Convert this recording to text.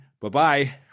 Bye-bye